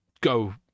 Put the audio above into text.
go